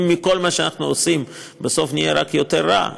אם מכל מה שאנחנו עושים בסוף נהיה רק יותר רע,